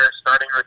starting